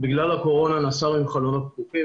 בגלל הקורונה נסענו עם חלונות פתוחים,